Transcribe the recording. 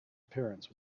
appearance